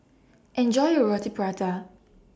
Enjoy your Roti Prata